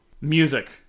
Music